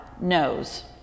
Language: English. knows